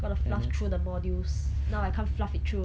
got to fluff through the modules now I can't fluff it through